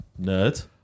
nerd